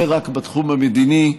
זה רק בתחום המדיני,